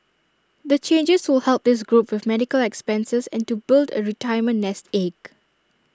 the changes will help this group with medical expenses and to build A retirement nest egg